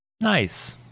Nice